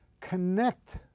connect